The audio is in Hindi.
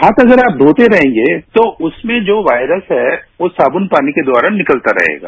हाथ अगर आप धोते रहेंगे तो उसमें जो वॉयरस है वो साबुन पानी के द्वारा निकलता रहेगा